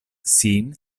sin